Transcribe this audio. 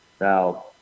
Now